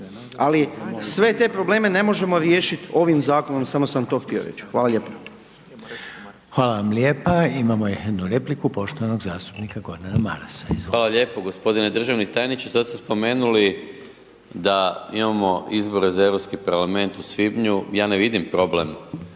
Ali, sve te probleme ne možemo riješiti ovim Zakonom, samo sam to htio reći. Hvala lijepo. **Reiner, Željko (HDZ)** Hvala vam lijepa. Imamo jednu repliku, poštovanog zastupnika Gordana Marasa. Izvolite. **Maras, Gordan (SDP)** Hvala lijepo. Gospodine državni tajniče, sad ste spomenuli da imamo izbore za Europski Parlament u svibnju, ja ne vidim problem